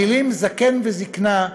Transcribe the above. המילים "זקן" ו"זקנה",